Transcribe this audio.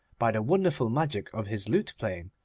by the wonderful magic of his lute-playing,